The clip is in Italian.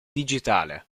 digitale